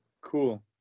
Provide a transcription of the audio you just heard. cool